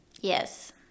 Yes